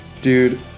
Dude